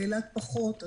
באילת פחות,